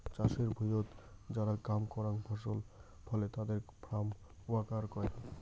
চাষের ভুঁইয়ত যারা কাম করাং ফসল ফলে তাদের ফার্ম ওয়ার্কার কহে